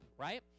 right